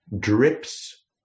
drips